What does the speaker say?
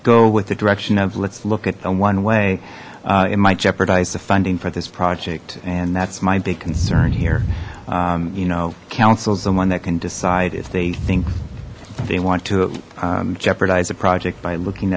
go with the direction of let's look at the one way it might jeopardize the funding for this project and that's my big concern here you know councils the one that can decide if they think they want to jeopardize a project by looking